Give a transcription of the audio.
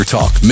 Talk